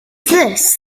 this